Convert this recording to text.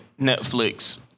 Netflix